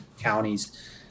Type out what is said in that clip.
counties